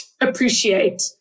appreciate